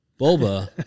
Boba